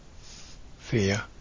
Fear